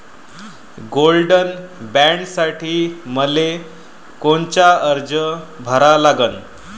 Gold बॉण्डसाठी मले कोनचा अर्ज भरा लागन?